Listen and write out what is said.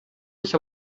ich